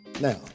Now